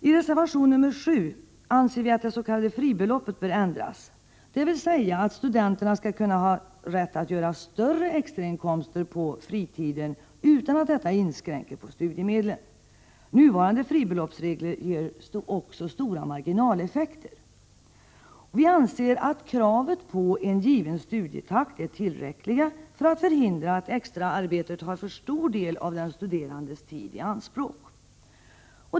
I reservation 7 anser vi reservanter att dets.k. fribeloppet bör ändras, dvs. att studenterna skall ha rätt till större extrainkomster på fritiden utan att detta inkräktar på studiemedlen. Nuvarande fribeloppsregler ger också stora marginaleffekter. Vi anser att kravet på en given studietakt är tillräckligt för att förhindra att extraarbete tar för stor del av den studerandes tid i anspråk.